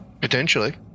Potentially